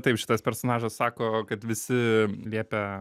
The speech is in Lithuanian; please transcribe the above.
taip šitas personažas sako kad visi liepia